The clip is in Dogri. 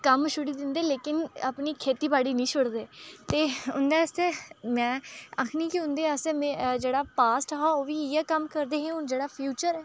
कम्म छुड़ी दिंदे लेकिन अपनी खेतीबाड़ी नी छुड़दे ते उं'दे आस्तै में आखनी कि उं'दे आस्तै में जेह्ड़ा पास्ट हा ओह् बी इ'यै कम्म करदे हे हून जेह्ड़ा फ्यिूचर ऐ